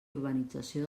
urbanització